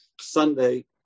Sunday